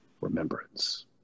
remembrance